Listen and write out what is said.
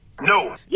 No